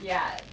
ya